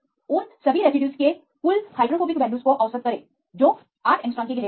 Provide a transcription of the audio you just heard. उन सभी रेसिड्यूज के कुल हाइड्रोफोबिक वैल्यूज को औसत करें जो 8 angstrom 8 एंग्स्ट्रॉम के घेरे में हैं